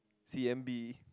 C_N_B